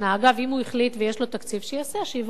אגב, אם הוא החליט ויש לו תקציב, שיעשה, שיבורך,